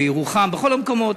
בירוחם ובכל המקומות,